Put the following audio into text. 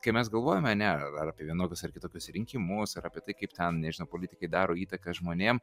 kai mes galvojam ane ar ar apie vienokius ar kitokius rinkimus ir apie tai kaip ten nežinau politikai daro įtaką žmonėm